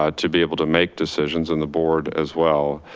ah to be able to make decisions and the board as well,